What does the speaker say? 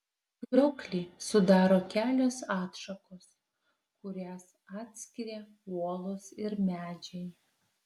krioklį sudaro kelios atšakos kurias atskiria uolos ir medžiai